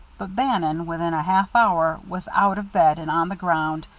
but bannon, within a half-hour, was out of bed and on the ground,